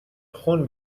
خون